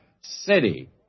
city